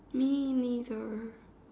me neither